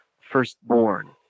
firstborn